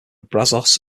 brazos